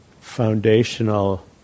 foundational